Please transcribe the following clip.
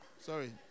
Sorry